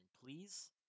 please